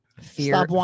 Fear